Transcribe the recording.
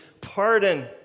pardon